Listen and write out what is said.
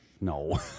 No